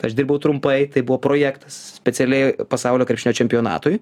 aš dirbau trumpai tai buvo projektas specialiai pasaulio krepšinio čempionatui